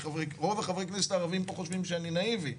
רוב חברי הכנסת הערבים פה חושבים שאני נאיבי,